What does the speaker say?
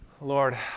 Lord